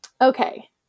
Okay